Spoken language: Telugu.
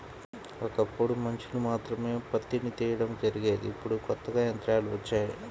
ఒకప్పుడు మనుషులు మాత్రమే పత్తిని తీయడం జరిగేది ఇప్పుడు కొత్తగా యంత్రాలు వచ్చాయి